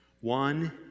One